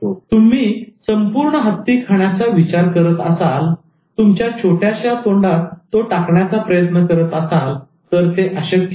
जर तुम्ही संपूर्ण हत्ती खाण्याचा विचार करत असाल तुमच्या छोट्याश्या तोंडात तो टाकण्याचा प्रयत्न करत असाल तर ते अशक्य आहे